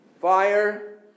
fire